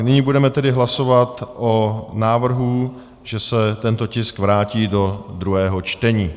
Nyní budeme tedy hlasovat o návrhu, že se tento tisk vrátí do druhého čtení.